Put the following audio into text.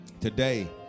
Today